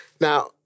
Now